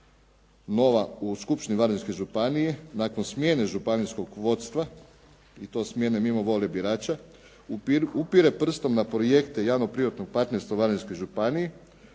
nova u Skupštini Varaždinske županije, nakon smjene županijskog vodstva i to smjene mimo volje birača upire prstom na projekte javno-privatnog partnerstva u Varaždinskoj županiji,